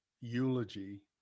eulogy